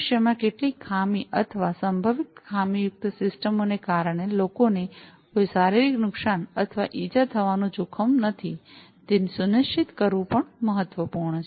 ભવિષ્યમાં કેટલીક ખામી અથવા સંભવિત ખામીયુક્ત સિસ્ટમો ને કારણે લોકોને કોઈ શારીરિક નુકસાન અથવા ઇજા થવાનું જોખમ નથી તે સુનિશ્ચિત કરવું પણ મહત્વપૂર્ણ છે